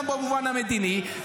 גם במובן המדיני,